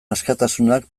askatasunak